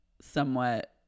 somewhat